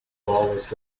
lawless